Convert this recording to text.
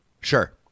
Sure